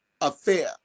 affair